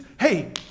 hey